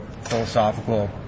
philosophical